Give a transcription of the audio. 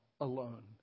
alone